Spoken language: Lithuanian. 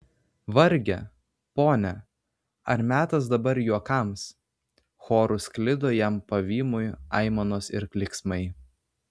varge pone ar metas dabar juokams choru sklido jam pavymui aimanos ir klyksmai